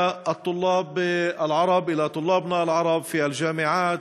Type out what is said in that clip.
להלן תרגומם: אני רוצה לפנות במיוחד לסטודנטים הערבים,